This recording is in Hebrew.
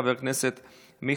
חברת הכנסת קרן ברק,